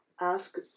Ask